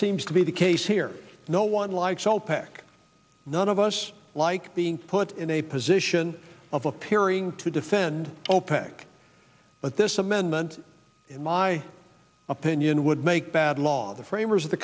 seems to be the case here no one likes opec none of us like being put in a position of appearing to defend opec but this amendment in my opinion would make bad law the framers of the